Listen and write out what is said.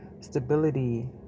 stability